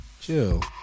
Chill